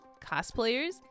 cosplayers